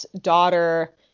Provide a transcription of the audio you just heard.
daughter